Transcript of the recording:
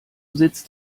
sitzt